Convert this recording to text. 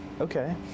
Okay